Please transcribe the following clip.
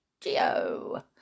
geo